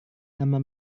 nama